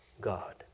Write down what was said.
God